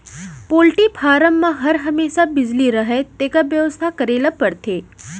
poultry farm म हर हमेसा बिजली रहय तेकर बेवस्था करे ल परथे